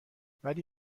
ولی